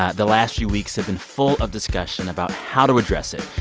ah the last few weeks have been full of discussion about how to address it.